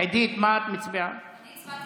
את הצעת